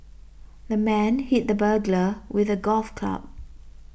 the man hit the burglar with a golf club